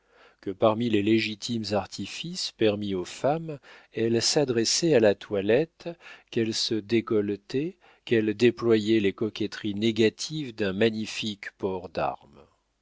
que parmi les légitimes artifices permis aux femmes elle s'adressait à la toilette qu'elle se décolletait qu'elle déployait les coquetteries négatives d'un magnifique port d'armes